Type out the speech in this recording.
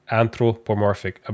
anthropomorphic